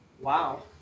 Wow